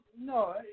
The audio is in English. no